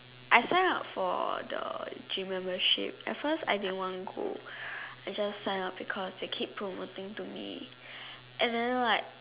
I sign up for the gym membership at first I didn't want go I sign up because they kept promoting me and then right